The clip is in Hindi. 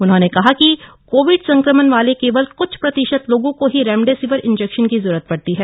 उन्होंने कहा कि कोविड संक्रमण वाले कोवल कुछ प्रतिशत लोगों को ही रेमेडिसविर इंजेक्शन की जरूरत पड़ती है